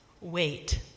wait